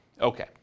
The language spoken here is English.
Okay